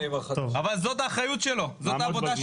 אבל זאת האחריות שלו, זאת העבודה שלו.